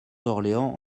d’orléans